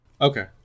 Okay